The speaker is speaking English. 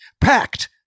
Packed